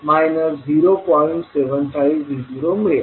75V0 मिळेल